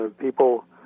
People